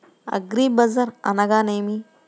అగ్రిబజార్ అనగా నేమి?